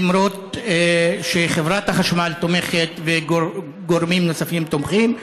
למרות שחברת החשמל תומכת וגם גורמים נוספים תומכים,